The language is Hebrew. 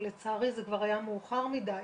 אבל לצערי זה כבר היה מאוחר מדי.